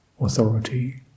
authority